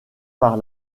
par